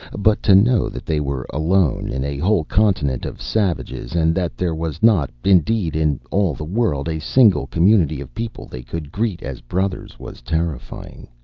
but to know that they were alone in a whole continent of savages and that there was not, indeed, in all the world a single community of people they could greet as brothers was terrifying.